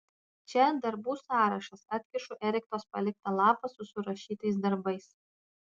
čia darbų sąrašas atkišu erikos paliktą lapą su surašytais darbais